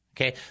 Okay